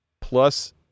plus